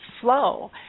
flow